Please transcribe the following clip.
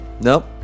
nope